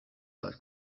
that